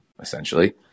essentially